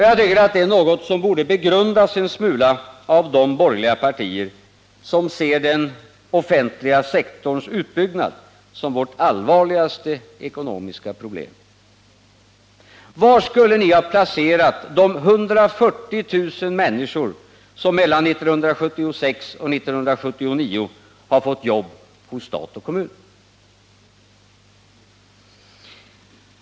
Jag tycker att detta är något som borde begrundas en smula av de borgerliga partier som ser den offentliga sektorns utbyggnad som vårt allvarligaste ekonomiska problem. Var skulle ni ha placerat de 140 000 människor som mellan 1976 och 1979 har fått jobb hos stat och kommun?